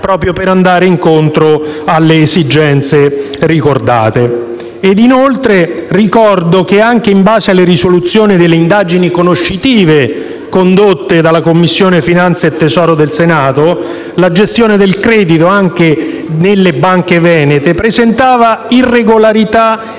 proprio per andare incontro alle esigenze ricordate. Inoltre, ricordo che, anche in base alle risultanze delle indagini conoscitive condotte dalla Commissione finanze del Senato, la gestione del credito, anche nelle banche venete, presentava irregolarità e